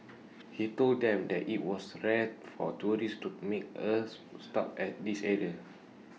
he told them that IT was rare for tourists to make A stop at this area